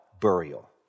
Burial